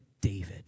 David